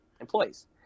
employees